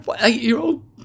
eight-year-old